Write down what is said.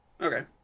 Okay